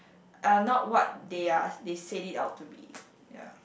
are not what they are they said it out to be ya